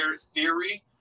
theory